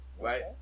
right